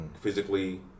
Physically